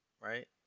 right